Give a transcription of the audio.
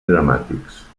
dramàtics